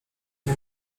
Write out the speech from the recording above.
nie